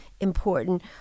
important